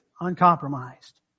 uncompromised